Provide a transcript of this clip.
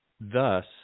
thus